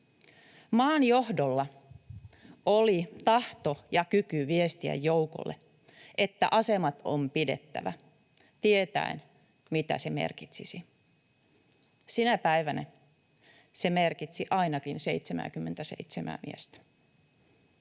Maan johdolla oli tahto ja kyky viestiä joukolle, että asemat on pidettävä, tietäen, mitä se merkitsisi. Sinä päivänä se merkitsi ainakin 77:ää miestä.